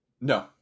No